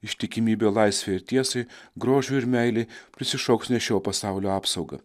ištikimybė laisvei ir tiesai grožiui ir meilei prisišauks ne šio pasaulio apsaugą